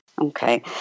Okay